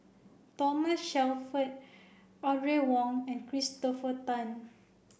Thomas Shelford Audrey Wong and Christopher Tan